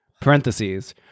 parentheses